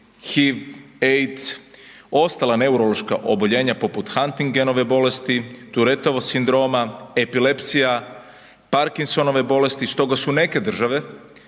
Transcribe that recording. HIV, AIDS, ostala neurološka oboljenja poput Hantingenove bolesti, Turetovog simptoma, epilepsija, Parkinsonove bolesti, stoga su neke države,